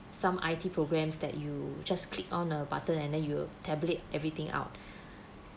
some I_T programs that you just click on a button and then it will tabulate everything out